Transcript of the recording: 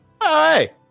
hi